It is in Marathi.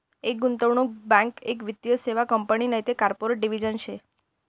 एक गुंतवणूक बँक एक वित्तीय सेवा कंपनी नैते कॉर्पोरेट डिव्हिजन शे